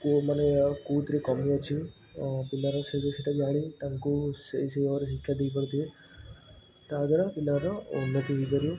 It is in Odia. କିଏ ମାନେ ଏ କେଉଁଥିରେ କମି ଅଛି ପିଲାର ସେଇ ଦୋଷଟା ଜାଣି ତାଙ୍କୁ ସେଇ ଭାବରେ ଶିକ୍ଷା ଦେଇପାରୁଥିବେ ତା'ଦ୍ଵାରା ପିଲାର ଉନ୍ନତି ହେଇପାରିବ